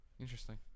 Interesting